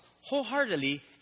wholeheartedly